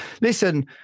Listen